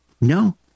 No